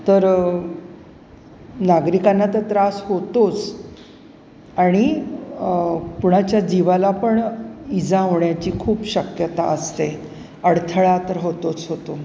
तर नागरिकांना तर त्रास होतोच आणि पुणाच्या जीवाला पण इजावची खूप शक्यता असते अडथळा तर होतोच होतो